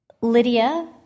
Lydia